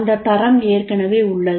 அந்த தரம் ஏற்கனவே உள்ளது